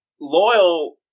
Loyal